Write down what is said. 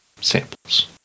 samples